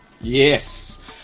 Yes